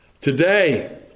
Today